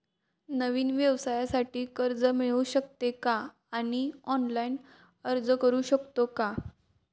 नवीन व्यवसायासाठी कर्ज मिळू शकते का आणि ऑनलाइन अर्ज करू शकतो का?